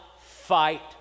fight